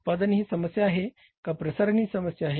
उत्पादन ही समस्या आहे का प्रसारण ही समस्या आहे